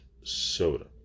soda